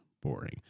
boring